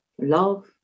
love